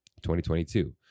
2022